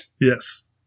Yes